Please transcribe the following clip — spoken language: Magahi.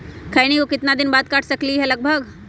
खैनी को कितना दिन बाद काट सकलिये है लगभग?